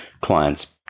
clients